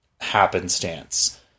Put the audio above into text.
happenstance